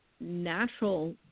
natural